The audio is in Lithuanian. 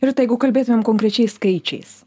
rita jeigu kalbėtumėm konkrečiais skaičiais